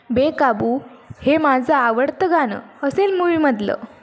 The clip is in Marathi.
बेकाबू हे माझं आवडतं गाणं असेल मूवीमधलं